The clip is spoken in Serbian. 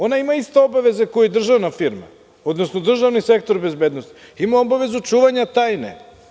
Ona ima iste obaveze kao i državna firma, odnosno državni sektor bezbednosti, ima obavezu čuvanja tajne.